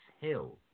Hill